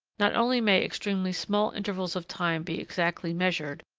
not only may extremely small intervals of time be exactly measured,